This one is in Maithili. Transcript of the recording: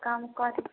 कम कऽ दिऔ